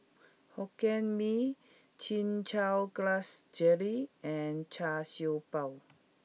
Hokkien Mee Chin Chow Grass Jelly and Char Siew Bao